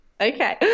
Okay